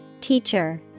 Teacher